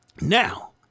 now